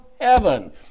heaven